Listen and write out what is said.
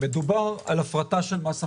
מדובר בהפרטה של מס הכנסה.